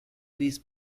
these